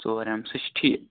ژور ایم سُہ چھُ ٹھیٖک